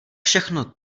všechno